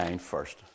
first